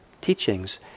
teachings